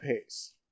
pace